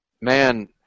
Man